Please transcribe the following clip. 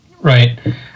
Right